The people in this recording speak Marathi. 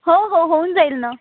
हो हो होऊन जाईल ना